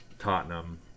Tottenham